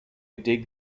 dig